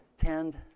tend